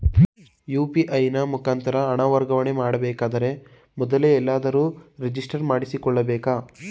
UPI ನ ಮುಖಾಂತರ ಹಣ ವರ್ಗಾವಣೆ ಮಾಡಬೇಕಾದರೆ ಮೊದಲೇ ಎಲ್ಲಿಯಾದರೂ ರಿಜಿಸ್ಟರ್ ಮಾಡಿಕೊಳ್ಳಬೇಕಾ?